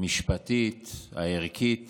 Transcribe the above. המשפטית, הערכית